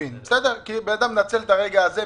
כי אדם מנצל את הרגע הזה,